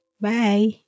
Bye